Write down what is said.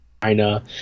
China